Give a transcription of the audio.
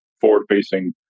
forward-facing